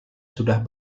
sudah